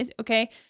okay